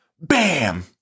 Bam